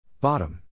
Bottom